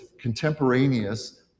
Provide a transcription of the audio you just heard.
contemporaneous